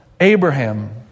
Abraham